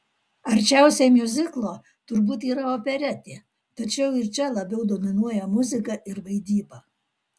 arčiausiai miuziklo turbūt yra operetė tačiau ir čia labiau dominuoja muzika ir vaidyba